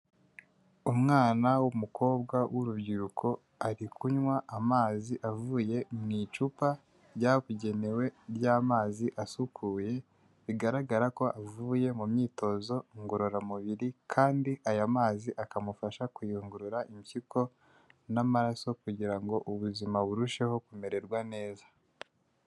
Umwana w'umukobwa w'urubyiruko, ari kunywa amazi avuye mu icupa ryabugenewe ry'amazi asukuye, bigaragara ko avuye mu myitozo ngororamubiri kandi aya mazi akamufasha kuyungurura impyiko n'amaraso kugira ngo ubuzima burusheho kumererwa neza.